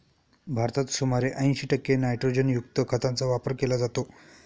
भारतात सुमारे ऐंशी टक्के नायट्रोजनयुक्त खतांचा वापर केला जातो